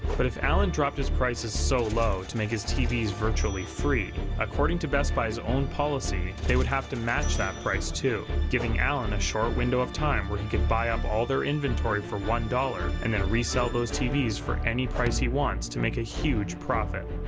but if alen dropped his prices so low to make his tvs virtually free, according to best buy's own policy, they would have to match that price, too, giving alen a short window of time where he could buy up all their inventory for one dollars and then resell those tvs for any price he wants to make a huge profit.